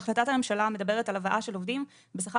החלטת הממשלה מדברת על הבאה של עובדים בשכר